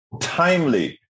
timely